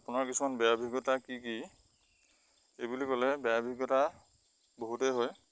আপোনাৰ কিছুমান ব বেয়া অভিজ্ঞতা কি কি এই বুলি ক'লে বেয়া অভিজ্ঞতা বহুতেই হয়